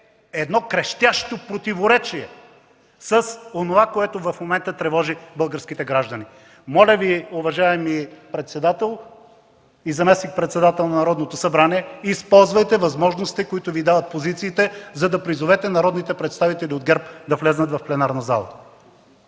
едно крещящо противоречие с онова, което в момента тревожи българските граждани. Моля Ви, уважаеми председател и заместник-председател на Народното събрание, използвайте възможностите, които Ви дават позициите, за да призовете народните представители от ГЕРБ да влязат в пленарната зала.